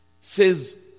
says